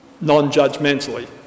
non-judgmentally